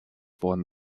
worden